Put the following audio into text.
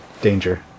danger